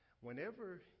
whenever